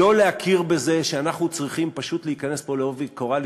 אם לא נכיר בזה שאנחנו צריכים פשוט להיכנס פה בעובי הקורה,